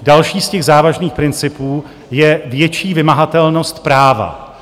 Další z těch závažných principů je větší vymahatelnost práva.